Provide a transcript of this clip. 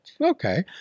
Okay